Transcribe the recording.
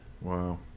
Wow